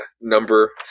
number